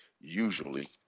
usually